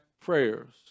prayers